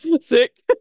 Sick